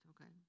Okay